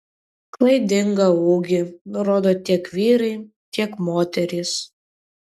klaidingą ūgį nurodo tiek vyrai tiek moterys